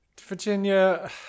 virginia